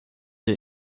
der